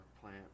plant